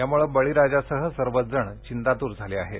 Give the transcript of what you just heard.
यामुळं बळीराजासह सर्वच चिंतातूर झाले आहेत